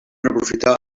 aprofitar